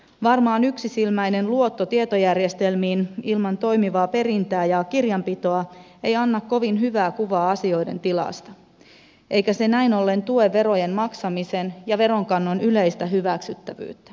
varmaan yksisilmäinen luotto tietojärjestelmiin ilman toimivaa perintää ja kirjanpitoa ei anna kovin hyvää kuvaa asioiden tilasta eikä näin ollen tue verojen maksamisen ja veronkannon yleistä hyväksyttävyyttä